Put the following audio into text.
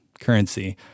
currency